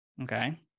Okay